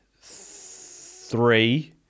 three